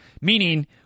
Meaning